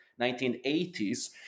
1980s